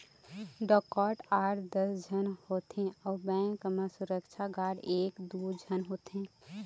डकैत आठ दस झन होथे अउ बेंक म सुरक्छा गार्ड एक दू झन होथे